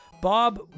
Bob